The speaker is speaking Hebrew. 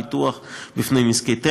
ביטוח מפני נזקי טבע,